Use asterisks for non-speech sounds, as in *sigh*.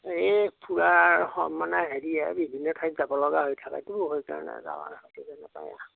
এই ফুৰা *unintelligible* মানে হেৰিয়ে বিভিন্ন ঠাইত যাব লগা হৈ থাকেতো সেইকাৰণে যোৱা *unintelligible*